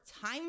time